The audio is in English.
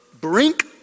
brink